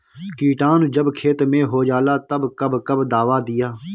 किटानु जब खेत मे होजाला तब कब कब दावा दिया?